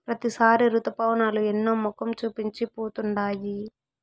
ప్రతిసారి రుతుపవనాలు ఎన్నో మొఖం చూపించి పోతుండాయి